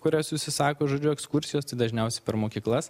kurios užsisako žodžiu ekskursijas tai dažniausiai per mokyklas